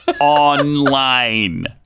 Online